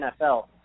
NFL